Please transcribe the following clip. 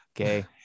Okay